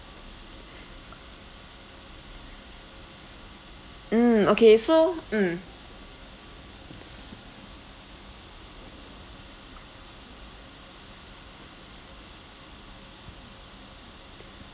mm okay so mm